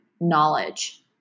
knowledge